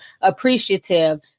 appreciative